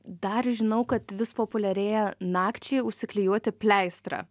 dar žinau kad vis populiarėja nakčiai užsiklijuoti pleistrą